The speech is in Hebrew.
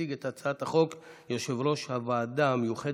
יציג את הצעת החוק יו"ר הוועדה המיוחדת